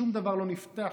שום דבר לא נפתח,